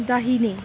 दाहिने